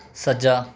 ਸੱਜਾ